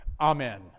amen